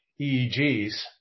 EEGs